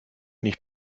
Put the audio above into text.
nicht